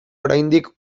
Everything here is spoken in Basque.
oraindik